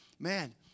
Man